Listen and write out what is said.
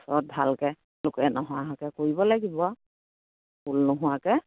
ওচৰত ভালকে লোকে নহঁহাকে কৰিব লাগিব ভুল নোহোৱাকে